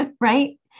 right